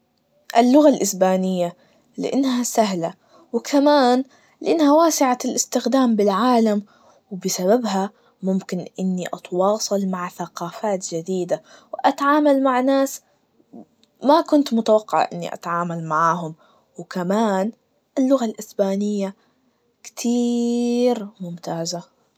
اللغة الإسبانية, لأنها سهلة, كمان لأنها واسعة الإستخدام بالعالم, وبسببها ممكن إني أتواصل مع ثقافات جديدة, وأتعامل مع ناس ما كنت متوقع إني أتعامل معاهم, وكمان اللغة الإسبانية كتيييير ممتازة.